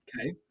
okay